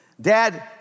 Dad